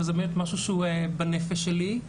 זה באמת משהו שהוא בנפש שלי.